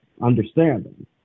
understanding